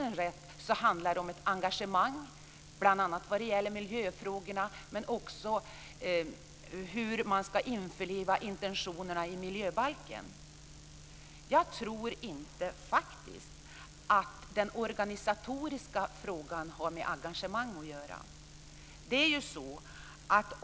Om jag förstod den rätt handlar det bl.a. om engagemanget vad gäller miljöfrågorna men också om hur man ska införliva intentionerna i miljöbalken. Jag tror faktiskt inte att den organisatoriska frågan har med engagemang att göra.